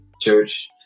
church